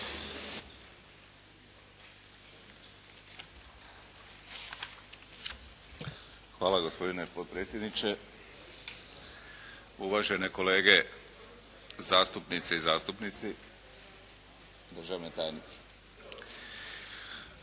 Hvala gospodine potpredsjedniče. Uvažene kolege zastupnice i zastupnici, državni tajnici.